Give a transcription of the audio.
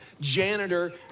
janitor